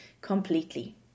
completely